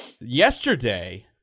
yesterday